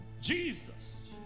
Jesus